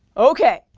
ok!